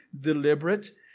deliberate